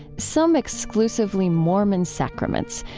some exclusively mormon sacraments,